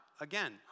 Again